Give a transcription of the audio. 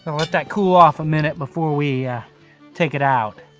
and let that cool off a minute before we yeah take it out.